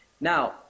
now